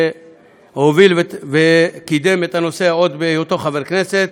שהוביל וקידם את הנושא עוד בהיותו חבר כנסת,